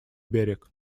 берег